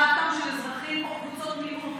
רעתם של אזרחים או קבוצות מיעוט.